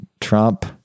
Trump